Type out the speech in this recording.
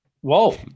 Whoa